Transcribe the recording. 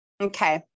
Okay